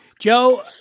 joe